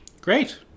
Great